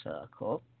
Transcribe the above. circle